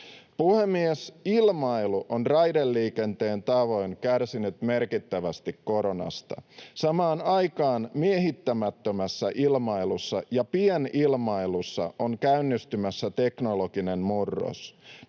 Puhemies! Ilmailu on raideliikenteen tavoin kärsinyt merkittävästi koronasta. Samaan aikaan miehittämättömässä ilmailussa ja pienilmailussa on käynnistymässä teknologinen murros.